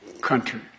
country